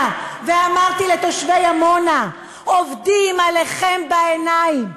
ואמרתי לתושבי עמונה: עובדים עליכם בעיניים,